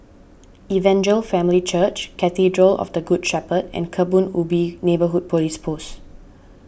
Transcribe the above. Evangel Family Church Cathedral of the Good Shepherd and Kebun Ubi Neighbourhood Police Post